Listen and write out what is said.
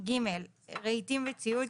רהיטים וציוד,